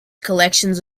collections